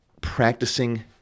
practicing